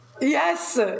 Yes